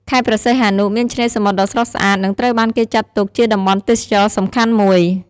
ខេត្តព្រះសីហនុ មានឆ្នេរសមុទ្រដ៏ស្រស់ស្អាត និងត្រូវបានគេចាត់ទុកជាតំបន់ទេសចរណ៍សំខាន់មួយ។